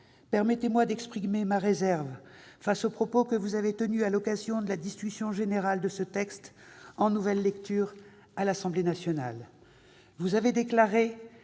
Permettez-moi d'exprimer ma réserve face aux propos que vous avez tenus à l'occasion de la discussion générale de ce texte en nouvelle lecture à l'Assemblée nationale.